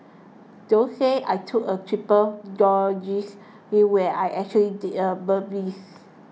don't say I took a triple it when I actually did a birdies